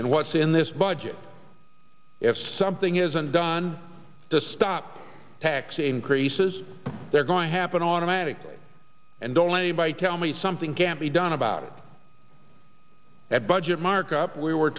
and what's in this budget if something isn't done to stop tax increases they're going happen automatically and don't let anybody tell me something can't be done about it at budget markup we were